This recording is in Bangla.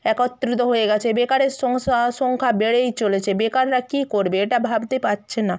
একত্রিত হয়ে গেছে বেকারের সংসা সংখ্যা বেড়েই চলেছে বেকাররা কী করবে এটা ভাবতে পারছে না